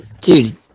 Dude